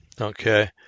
Okay